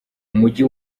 mujyi